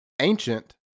ancient